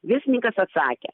verslininkas atsakė